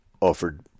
offered